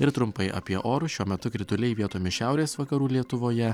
ir trumpai apie orus šiuo metu krituliai vietomis šiaurės vakarų lietuvoje